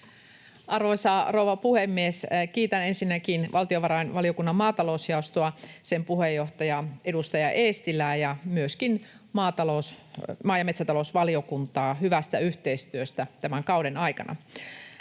Arvoisa rouva puhemies! Kiitän ensinnäkin valtiovarainvaliokunnan maatalousjaostoa, sen puheenjohtaja, edustaja Eestilää ja myöskin maa‑ ja metsätalousvaliokuntaa hyvästä yhteistyöstä tämän kauden aikana.